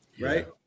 Right